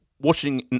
Watching